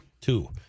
Two